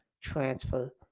transfer